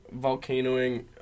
volcanoing